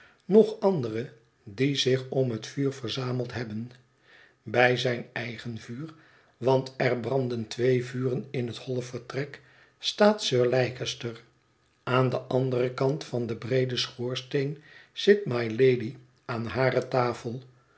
nog andere die zich om het vuur verzameld hebben bij zijn eigen vuur want er branden twee vuren in het holle vertrek staat sir leicester aan den anderen kant van den breeden schoorsteen zit mylady aan hare tafel